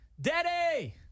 Daddy